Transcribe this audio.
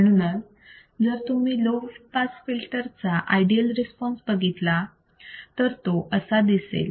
म्हणूनच जर तुम्ही लो पास फिल्टर चा आयडियल रिस्पॉन्स बघितला तर तो असा दिसेल